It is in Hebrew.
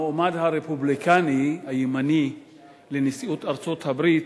המועמד הרפובליקני הימני לנשיאות ארצות-הברית,